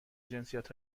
جنسیت